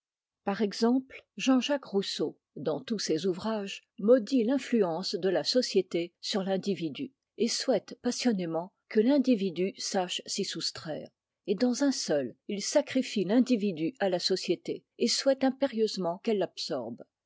par exemple jean-jacques rousseau dans tous ses ouvrages maudit l'influence de la société sur l'individu et souhaite passionnément que l'individu sache s'y soustraire et dans un seul il sacrifie l'individu à la société et souhaite impérieusement qu'elle l'absorbe